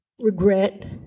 regret